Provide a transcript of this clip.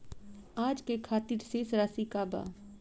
आज के खातिर शेष राशि का बा?